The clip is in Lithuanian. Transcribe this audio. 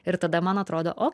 ir tada man atrodo o